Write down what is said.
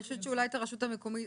אני חושבת שאולי את הרשות המקומית,